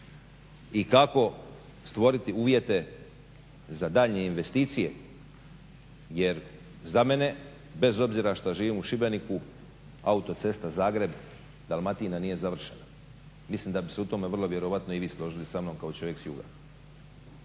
i kako stvoriti uvjete za daljnje investicije. Jer za mene bez obzira što živim u Šibeniku autocesta Zagreb Dalmatina nije završena. Mislim da bi se u tome vrlo vjerojatno i vi složili sa mnom kao čovjek s juga.